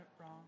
wrong